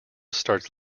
starts